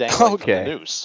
Okay